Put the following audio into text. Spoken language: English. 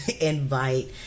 invite